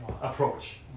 approach